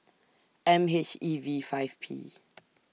M H E V five P